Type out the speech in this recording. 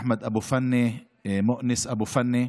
אחמד אבו פנה ומואנס אבו פנה,